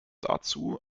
dazu